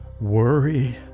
worry